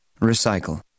Recycle